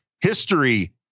history